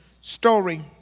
story